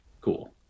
Cool